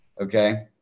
okay